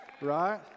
Right